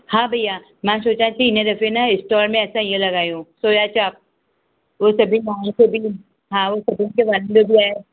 हा भईया मां सोचियां थी हिन दफ़े न स्टोल में असां हीअं लॻायूं सोया चाप उहे सभिनी माण्हुनि खे बि हा उहा सभिनि खे वणंदी बि आहे